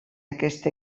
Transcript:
aquest